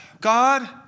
God